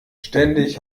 ständig